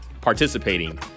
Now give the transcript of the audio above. Participating